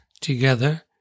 together